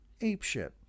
apeshit